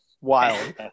Wild